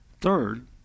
Third